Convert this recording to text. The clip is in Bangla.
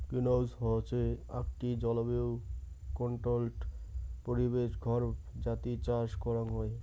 গ্রিনহাউস হসে আকটি জলবায়ু কন্ট্রোল্ড পরিবেশ ঘর যাতি চাষ করাং হই